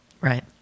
Right